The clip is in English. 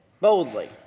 boldly